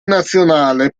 nazionale